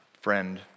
friend